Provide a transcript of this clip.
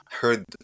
heard